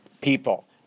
people